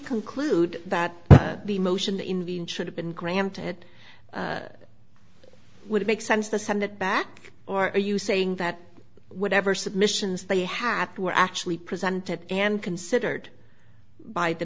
conclude that the motion in the in should have been granted it would make sense to send it back or are you saying that whatever submissions they had were actually presented and considered by the